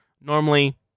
normally